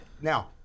now